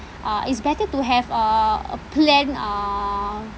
uh it's better to have uh a plan uh